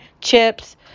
chips